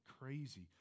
crazy